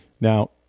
Now